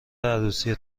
عروسی